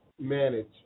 manage